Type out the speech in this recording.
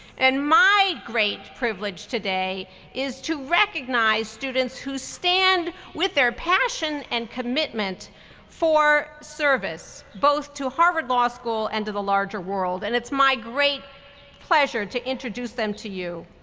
and my great privilege today is to recognize students who stand with their passion and commitment for service, both to harvard law school and to the larger world. and it's my great pleasure to introduce them to you.